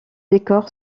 décor